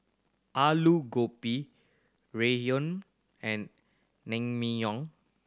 Alu Gobi Ramyeon and Naengmyeon